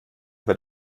wird